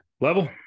level